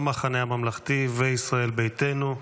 המחנה הממלכתי וישראל ביתנו.